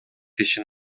ишин